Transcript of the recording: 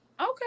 okay